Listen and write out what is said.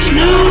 no